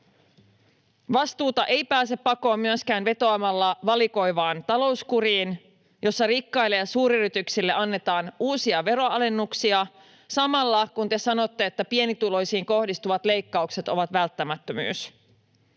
Vastuuta ei pääse pakoon myöskään vetoamalla valikoivaan talouskuriin, jossa rikkaille ja suuryrityksille annetaan uusia veronalennuksia samalla kun te sanotte, että pienituloisiin kohdistuvat leikkaukset ovat välttämättömyys.